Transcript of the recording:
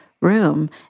room